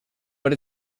but